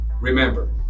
remember